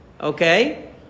Okay